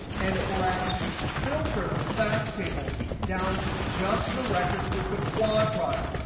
and it will actually filter the fact table down to just the records with the quad product.